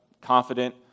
confident